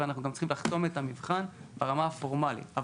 ואנחנו גם צריכים לחתום את המבחן ברמה הפורמלית.